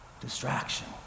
distraction